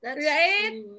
right